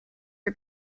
are